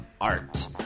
art